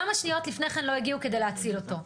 כמה שניות לפני כן לא הגיעו כדי להציל אותו,